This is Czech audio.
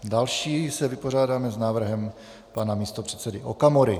Dále se vypořádáme s návrhem pana místopředsedy Okamury.